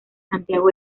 santiago